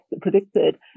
predicted